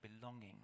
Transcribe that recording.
belonging